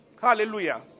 Hallelujah